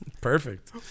Perfect